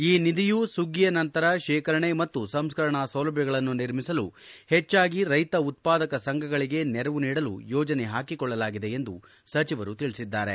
ಈ ನಿಧಿಯು ಸುಗ್ಗಿಯ ನಂತರ ಶೇಖರಣೆ ಮತ್ತು ಸಂಸ್ಲರಣಾ ಸೌಲಭ್ಯಗಳನ್ನು ನಿರ್ಮಿಸಲು ಹೆಚ್ಚಾಗಿ ರೈತ ಉತ್ಪಾದಕ ಸಂಸ್ಥೆಗಳಿಗೆ ನೆರವು ನೀಡಲು ಯೋಜನೆ ಹಾಕಿಕೊಳ್ಳಲಾಗಿದೆ ಎಂದು ಸಚಿವರು ತಿಳಿಸಿದ್ದಾರೆ